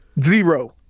Zero